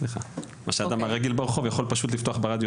מה שאדם הרגיל ברחוב יכול פשוט לפתוח ברדיו